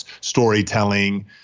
storytelling